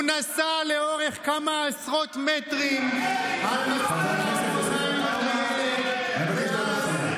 הוא נסע לאורך כמה עשרות מטרים על מסלול האופניים בטיילת,